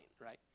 right